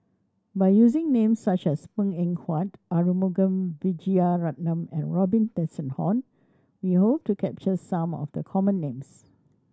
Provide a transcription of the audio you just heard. by using names such as Png Eng Huat Arumugam Vijiaratnam and Robin Tessensohn we hope to capture some of the common names